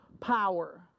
power